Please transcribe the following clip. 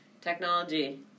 Technology